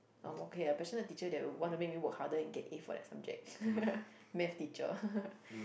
I'm okay ah passionate teacher that would want to make me work harder and get A for that subject Math teacher